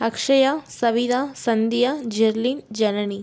Akshaya Savitha Sandhya Jerlin Janani